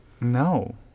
No